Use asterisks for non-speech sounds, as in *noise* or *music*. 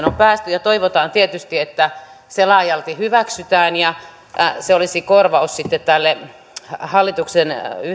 *unintelligible* on päästy ja toivotaan tietysti että se laajalti hyväksytään ja se olisi korvaus tälle hallituksen